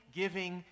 giving